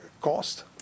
cost